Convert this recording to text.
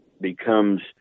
becomes